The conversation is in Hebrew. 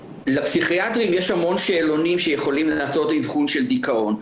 לפסיכיאטרים יש המון שאלונים שיכולים לעשות אבחון של דיכאון.